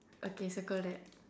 okay circle that